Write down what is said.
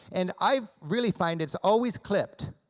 and i really find its always clipped,